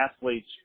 athletes